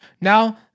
Now